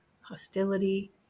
hostility